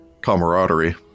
camaraderie